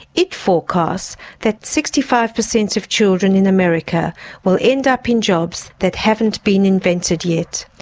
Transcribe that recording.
it forecasts that sixty five percent of children in america will end up in jobs that haven't been invented yet.